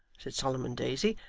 said solomon daisy,